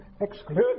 exclude